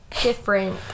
different